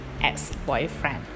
ex-boyfriend